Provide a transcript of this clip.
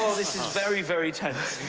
this is very, very tense.